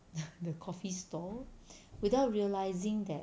the coffee store without realising that